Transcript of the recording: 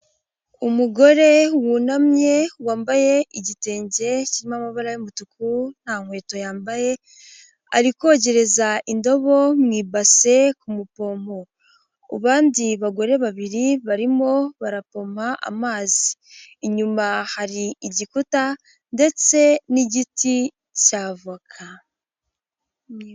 Umugore wunamye wambaye igitenge kirimo amabara y'umutuku, nta nkweto yambaye. Ari kogereza indobo mu ibase ku mupompo, abandi bagore babiri barimo barapoma amazi. Inyuma hari igikuta ndetse n'igiti cya voka.